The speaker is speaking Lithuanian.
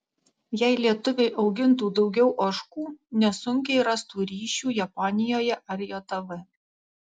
jei lietuviai augintų daugiau ožkų nesunkiai rastų ryšių japonijoje ar jav